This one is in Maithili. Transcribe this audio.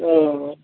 ओ